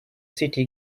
city